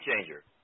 changer